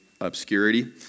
Obscurity